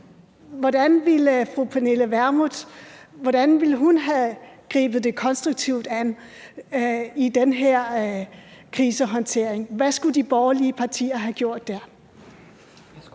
Hvordan ville fru Pernille Vermund have grebet den her krisehåndtering konstruktivt an? Hvad skulle de borgerlige partier havde gjort der?